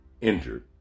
injured